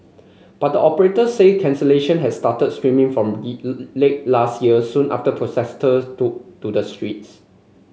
but operator say cancellation had started streaming from late last year soon after protester to to the streets